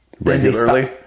Regularly